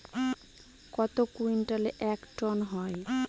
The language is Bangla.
কত কুইন্টালে এক টন হয়?